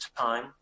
time